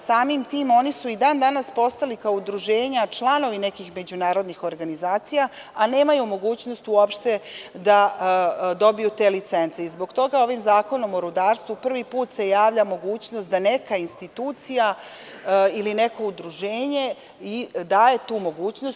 Samim tim oni su i dan danas postali kao udruženja članovi nekih međunarodnih organizacija, a nemaju mogućnosti uopšte da dobiju te licence i zbog toga ovim Zakonom o rudarstvu prvi put se javlja mogućnost da neka institucija ili neko udruženje daje tu mogućnost.